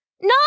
No